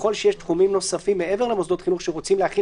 ככל שיש תחומים נוספים מעבר למוסדות חינוך שרוצים להחיל